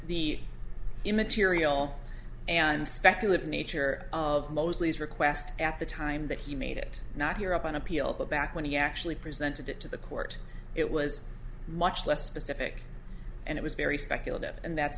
the immaterial and speculative nature of mosley's request at the time that he made it not here up on appeal but back when he actually presented it to the court it was much less specific and it was very speculative and that's